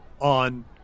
on